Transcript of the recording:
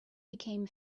became